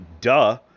duh